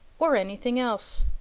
or anything else,